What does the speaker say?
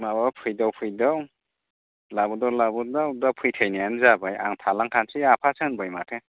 माबा फैदाव फैदाव लाबोदाव लाबोदाव दा फैथायनायानो जाबाय आं थालांखानसै आफासो होनबाय माथो